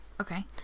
Okay